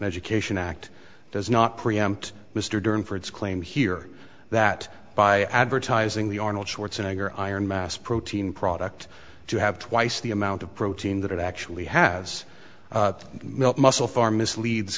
education act does not preempt mr durham for its claim here that by advertising the arnold schwarzenegger iron mass protein product to have twice the amount of protein that it actually has milk muscle far misleads